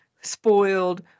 spoiled